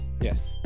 Yes